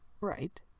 right